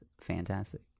fantastic